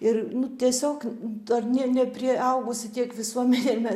ir nu tiesiog dar ne nepriaugusi tiek visuomenė me